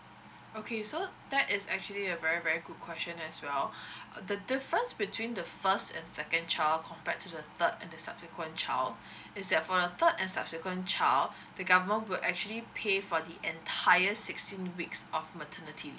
okay so that is actually a very very good question as well uh the difference between the first and second child compared to the third and the subsequent child is that for the third and subsequent child the government will actually pay for the entire sixteen weeks of maternity leave